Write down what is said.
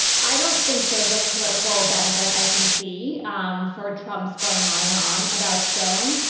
i don't think there's a political benefit i can see um for trump's going on and on about stone.